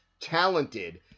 talented